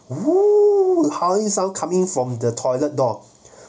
!woo! the howling sound coming from the toilet door